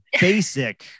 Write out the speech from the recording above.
basic